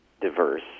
diverse